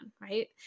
Right